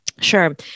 Sure